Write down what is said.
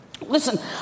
Listen